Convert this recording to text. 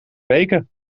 weken